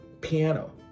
piano